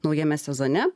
naujame sezone